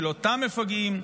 של אותם מפגעים,